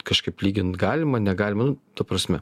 kažkaip lygint galima negalima nu ta prasme